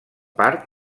parc